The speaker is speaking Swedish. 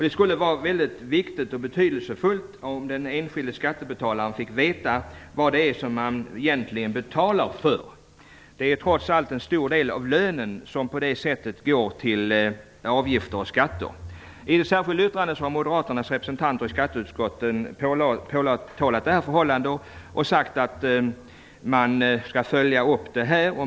Det skulle vara väldigt viktigt och betydelsefullt om den enkilde skattebetalaren fick veta vad det är man egentligen betalar för. Det är trots allt en stor del av lönen som på det sättet går till avgifter och skatter. I ett särskilt yttrande har Moderaternas representanter i skatteutskottet påtalat detta förhållande och sagt att man skall följa upp det.